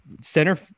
center